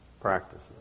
practices